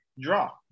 draw